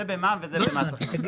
זה במע"מ וזה במס הכנסה.